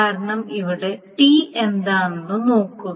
കാരണം ഇവിടെ ടി എന്താണെന്ന് നോക്കുക